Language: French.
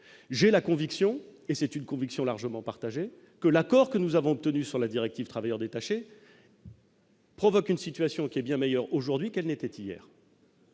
j'ai la conviction et c'est une conviction largement partagée que l'accord que nous avons obtenues sur la directive travailleurs détachés. Provoque une situation qui est bien meilleure aujourd'hui qu'elle n'était hier.